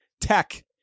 tech